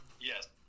Yes